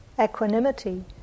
equanimity